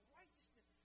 righteousness